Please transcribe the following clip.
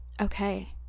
okay